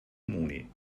moni